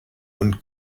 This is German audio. und